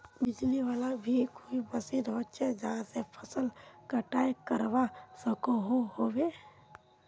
बिजली वाला भी कोई मशीन होचे जहा से फसल कटाई करवा सकोहो होबे?